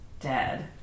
Dead